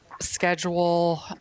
schedule